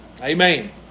Amen